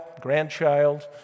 grandchild